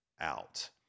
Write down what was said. out